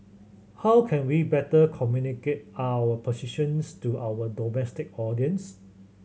how can we better communicate our positions to our domestic audience